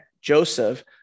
joseph